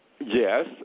Yes